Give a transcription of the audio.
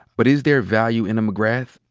but is there value in a mcgrath?